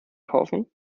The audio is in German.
kaufen